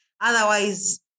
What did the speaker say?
Otherwise